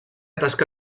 tasca